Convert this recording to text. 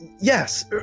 yes